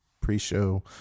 pre-show